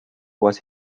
was